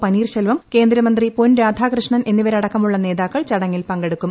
പനീർശെൽവം കേന്ദ്രമന്ത്രി പൊൻരാധാകൃഷ്ണൻ എന്നിവർ അടക്കമുള്ള നേതാക്കൾ ചടങ്ങിൽ പങ്കെടുക്കും